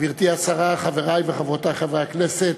גברתי השרה, חברי וחברותי חברי הכנסת,